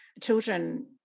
children